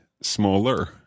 smaller